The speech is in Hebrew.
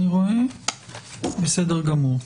בסדר גמור.